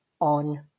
on